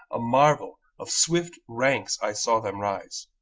a marvel of swift ranks i saw them rise,